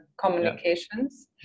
communications